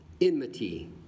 Enmity